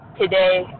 today